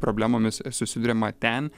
problemomis susiduriama ten